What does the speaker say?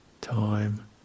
time